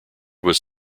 was